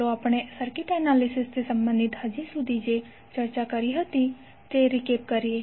ચાલો આપણે સર્કિટ એનાલિસિસથી સંબંધિત હજી સુધી જે ચર્ચા કરી હતી તે રીકેપ કરીયે